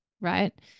right